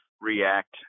react